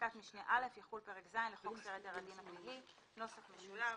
בפסקת משנה (א) יחול פרק ז' לחוק סדר הדין הפלילי (נוסח משולב),